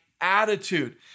attitude